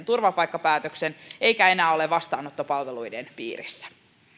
turvapaikkapäätöksen eikä enää ole vastaanottopalveluiden piirissä